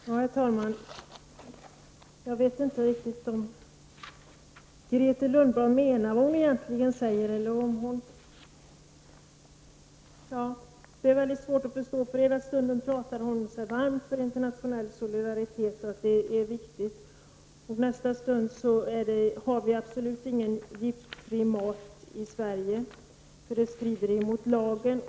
Herr talman! Jag vet inte om Grethe Lundblad menar vad hon säger. Det är väldigt svårt att avgöra. I den ena stunden talar hon sig varm för vikten av internationell solidaritet, i nästa stund säger hon att vi inte har någon gift i maten i Sverige, eftersom det strider mot lagen.